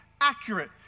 accurate